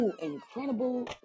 incredible